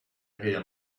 aquella